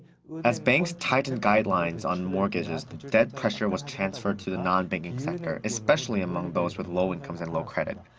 as banks tightened guidelines on mortgages, the debt pressure was transferred to the non-banking sector, especially among those with low-incomes and low-credit.